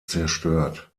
zerstört